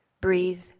breathe